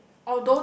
and